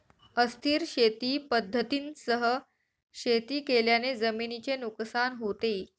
अस्थिर शेती पद्धतींसह शेती केल्याने जमिनीचे नुकसान होते